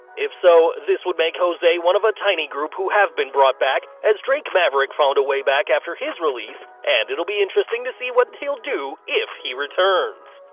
if so, this would make jose one of a tiny group who have been brought back, as drake maverick found a way back after his release, and it'll be interesting to see what he'll do if he returns.